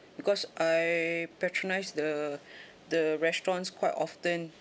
because I patronise the the restaurant's quite often